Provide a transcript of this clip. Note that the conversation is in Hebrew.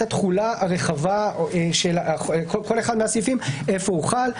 התחולה הרחבה של כל אחד מהסעיפים איפה הוא חל.